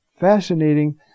fascinating